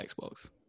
Xbox